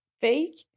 Fake